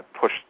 push